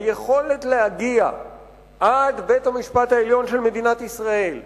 היכולת להגיע עד בית-המשפט העליון של מדינת ישראל לאדם,